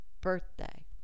birthday